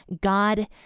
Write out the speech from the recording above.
God